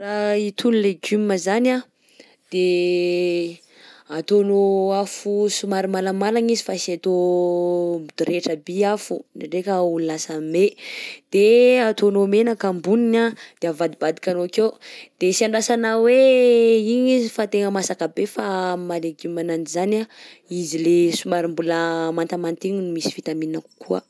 Raha hitono legioma izany anh de ataonao afo somary malamalagna izy fa sy atao midorehitra bi afo, ndraindraika ho lasa may, de ataonao menaka amboniny anh de avadibadikanao akeo, de tsy andrasana hoe igny izy fa tegna masaka be fa am'maha-legioma ananjy zany anh, izy le somary mbola mantamanta igny no misy vitamine kokoa.